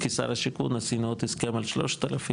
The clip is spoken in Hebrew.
כשר השיכון עשינו עוד הסכם על 3,000,